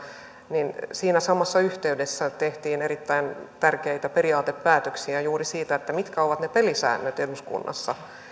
että siinä samassa yhteydessä tehtiin erittäin tärkeitä periaatepäätöksiä juuri siitä mitkä ovat ne pelisäännöt eduskunnassa